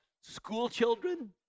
schoolchildren